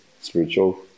spiritual